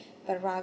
but ra~